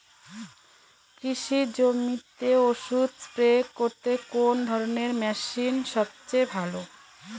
কৃষি জমিতে ওষুধ স্প্রে করতে কোন ধরণের মেশিন সবচেয়ে ভালো?